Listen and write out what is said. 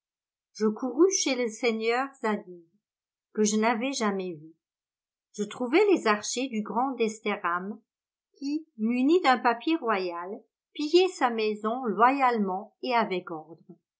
je courus chez le seigneur zadig que je n'avais jamais vu je trouvai les archers du grand desterham qui munis d'un papier royal pillaient sa maison loyalement et avec ordre